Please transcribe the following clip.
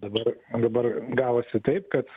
dabar o dabar gavosi taip kad